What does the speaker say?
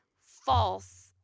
false